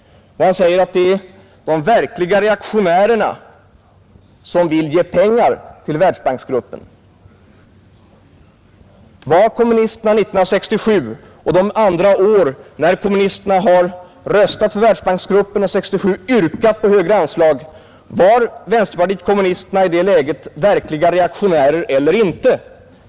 Han säger att det är de verkliga reaktionärerna som vill ge pengar till Världsbanksgruppen. När kommunisterna år 1967 och andra år då ni röstat för Världsbanksgruppen och yrkat på högre anslag, var ni i det läget verkliga reaktionärer eller inte?